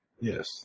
Yes